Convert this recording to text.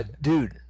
dude